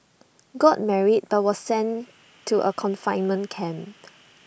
got married but was sent to A confinement camp